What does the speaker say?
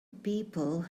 people